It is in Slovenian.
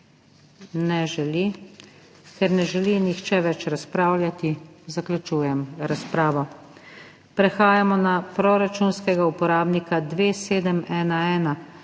Ne želi. Ker ne želi nihče več razpravljati, zaključujem razpravo. Prehajamo na proračunskega uporabnika 2711